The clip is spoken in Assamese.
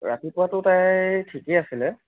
ৰাতিপুৱাতো তাই ঠিকেই আছিলে